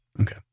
okay